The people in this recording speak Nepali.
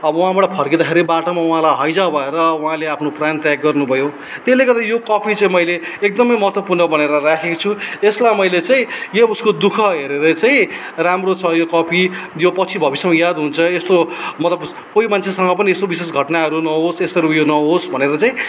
अब वहाँबाट फर्किँदाखेरि बाटोमा उहाँलाई हैजा भएर उहाँले आफ्नो प्राण त्याग गर्नुभयो त्यसले गर्दा यो कपी चाहिँ मैले एकदमै महत्त्वपूर्ण भनेर राखेको छु यसलाई मैले चाहिँ यो उसको दुःख हेरेर चाहिँ राम्रो छ यो कपी यो पछि भविष्यमा याद हुन्छ यस्तो मतलब कोही मान्छेसँग पनि यसो विशेष घटनाहरू नहोस् यस्तरी उयो नहोस् भनेर चाहिँ